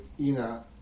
Ina